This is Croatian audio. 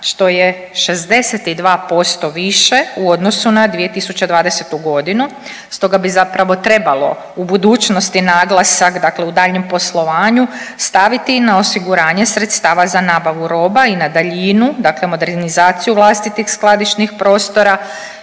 što je 62% više u odnosu na 2020.g.. Stoga bi zapravo trebalo u budućnosti naglasak, dakle u daljnjem poslovanju, staviti na osiguranje sredstava za nabavu roba i na daljinu, dakle modernizaciju vlastitih skladišnih prostora